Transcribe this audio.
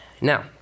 Now